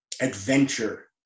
adventure